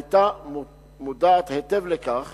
היתה מודעת היטב לכך